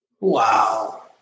Wow